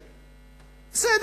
בסדר,